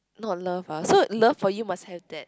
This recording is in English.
not love ah so love for you must have that